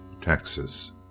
Texas